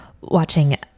watching